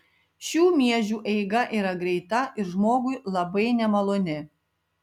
šių miežių eiga yra greita ir žmogui labai nemaloni